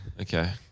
Okay